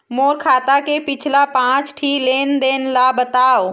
मोर खाता के पिछला पांच ठी लेन देन ला बताव?